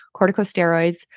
corticosteroids